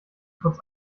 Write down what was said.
kurz